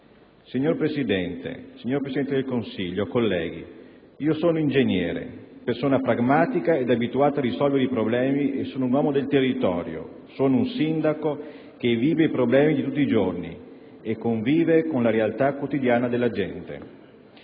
Signora Presidente, signor Presidente del Consiglio, colleghi, sono ingegnere, persona pragmatica e abituata a risolvere i problemi. Sono un uomo del territorio, un sindaco che vive i problemi di tutti i giorni e convive con la realtà quotidiana della gente.